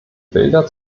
bilder